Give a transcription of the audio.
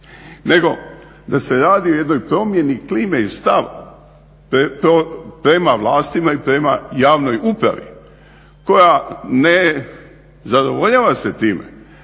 Nego, da se radi o jednoj promjeni klime i stavu prema vlastima i prema javnoj upravi koja ne zadovoljava se time